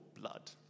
blood